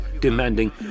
demanding